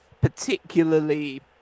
particularly